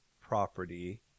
property